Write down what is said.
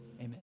amen